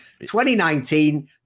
2019